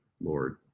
Lord